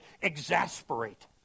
exasperate